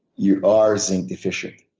you are zinc deficient.